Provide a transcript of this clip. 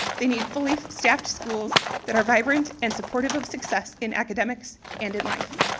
they need fully staffed schools that are vibrant and supportive of success in academics and in life.